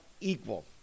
equal